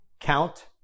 count